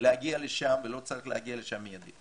להגיע לשם ולא צריך להגיע לשם מיידית.